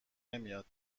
نمیاد